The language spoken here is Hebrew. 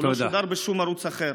הוא לא שודר בשום ערוץ אחר.